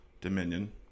Dominion